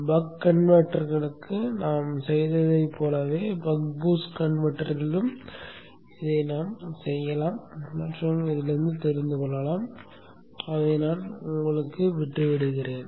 buck கன்வெர்ட்டருக்கு நாம் செய்ததை போலவே பக் பூஸ்ட் கன்வெர்ட்டரிலும் அறியலாம் அதை உங்களிடம் விட்டு விடுகிறேன்